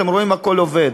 אתם רואים, הכול עובד.